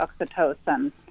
oxytocin